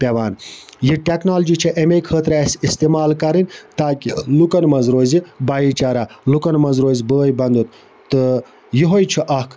پٮ۪وان یہِ ٹیٚکنالجی چھےٚ اَمے خٲطرٕ اَسہِ استعمال کَرٕنۍ تاکہِ لُکَن مَنٛز روزِ بھایی چارہ لُکَن مَنٛز روزِ بٲے بنٛدُت تہٕ یِہوٚے چھُ اَکھ